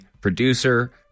producer